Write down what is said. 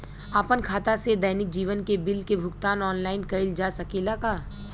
आपन खाता से दैनिक जीवन के बिल के भुगतान आनलाइन कइल जा सकेला का?